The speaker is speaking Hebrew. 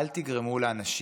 אנשים